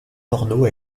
porno